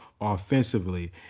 offensively